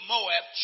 Moab